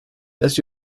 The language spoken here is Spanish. las